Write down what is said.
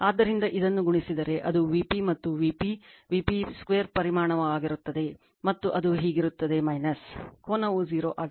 ಆದ್ದರಿಂದ ಇದನ್ನು ಗುಣಿಸಿದರೆ ಅದು Vp ಮತ್ತು Vp Vp2 ಪರಿಮಾಣವಾಗಿರುತ್ತದೆ ಮತ್ತು ಅದು ಹೀಗಿರುತ್ತದೆ ಕೋನವು 0 ಆಗಿರುತ್ತದೆ